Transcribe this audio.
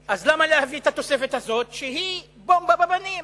אז למה להביא את התוספת הזאת, שהיא בומבה בפנים?